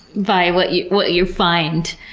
by what you what you find.